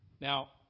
Now